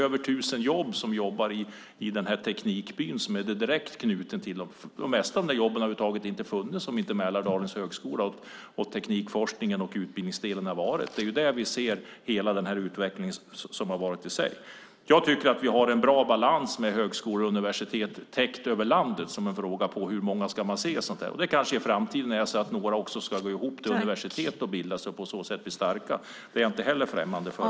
Över tusen jobb finns i teknikbyn. De flesta av de jobben hade över huvud taget inte funnits om inte Mälardalens högskola, teknikforskningen och utbildningsdelen där hade funnits. Det är vad vi ser i hela den här utvecklingen. Jag tycker att vi har en bra balans när det gäller täckningen av högskolor och universitet i landet - detta som svar på frågan om antalet. Kanske är det så att några i framtiden ska gå ihop till universitet och på så vis bli starka. Det är jag inte heller främmande för.